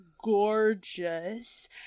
gorgeous